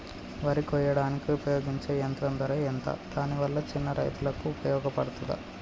వరి కొయ్యడానికి ఉపయోగించే యంత్రం ధర ఎంత దాని వల్ల చిన్న రైతులకు ఉపయోగపడుతదా?